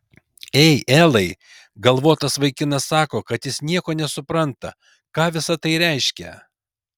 ei elai galvotas vaikinas sako kad jis nieko nesupranta ką visa tai reiškia